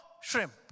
shrimp